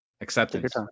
acceptance